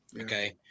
Okay